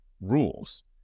rules